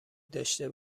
داشته